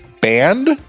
band